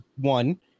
One